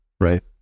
Right